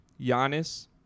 Giannis